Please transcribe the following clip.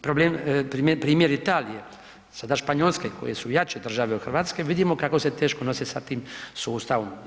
Primjer Italije, sada Španjolske koje su jače države od Hrvatske vidimo kako se teško nose sa tim sustavom.